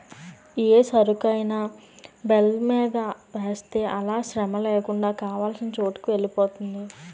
ఏ సరుకైనా బెల్ట్ మీద వేస్తే అలా శ్రమలేకుండా కావాల్సిన చోటుకి వెలిపోతుంది